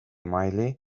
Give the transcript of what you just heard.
maily